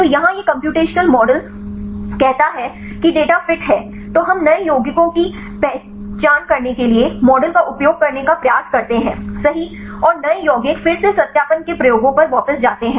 तो यहाँ यह कम्प्यूटेशनल मॉडल कहता है कि डेटा फिट है तो हम नए यौगिकों की पहचान करने के लिए मॉडल का उपयोग करने का प्रयास करते हैं सही और नए यौगिक फिर से सत्यापन के प्रयोगों पर वापस जाते हैं